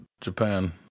japan